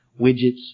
widgets